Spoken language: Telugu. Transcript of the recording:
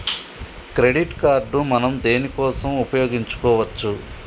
క్రెడిట్ కార్డ్ మనం దేనికోసం ఉపయోగించుకోవచ్చు?